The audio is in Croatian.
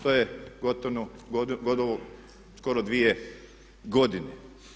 To je gotovo skoro dvije godine.